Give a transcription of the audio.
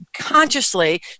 consciously